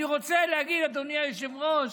אני רוצה להגיד, אדוני היושב-ראש,